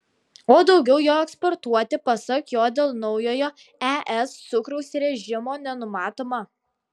o daugiau jo eksportuoti pasak jo dėl naujojo es cukraus režimo nenumatoma